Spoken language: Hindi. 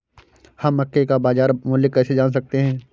हम मक्के का बाजार मूल्य कैसे जान सकते हैं?